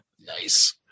Nice